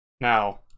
Now